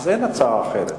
אין הצעה אחרת.